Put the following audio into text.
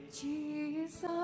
Jesus